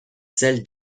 celle